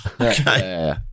Okay